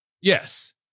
Yes